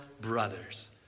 brothers